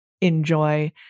enjoy